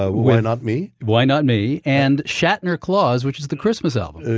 ah why not me? why not me? and shatner claus, which is the christmas album.